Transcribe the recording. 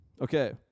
Okay